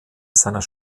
seines